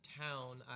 town